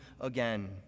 again